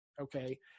Okay